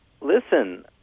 listen